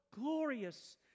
glorious